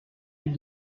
les